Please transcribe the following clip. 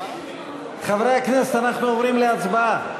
חברי הכנסת, אנחנו עוברים להצבעה.